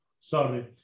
Sorry